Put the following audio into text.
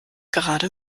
gerade